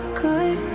good